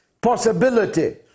possibility